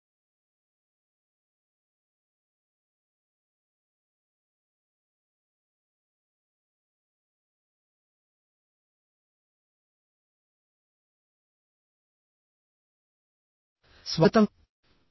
అందరికి స్వాగతం